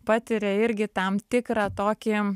patiria irgi tam tikrą tokį